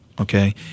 okay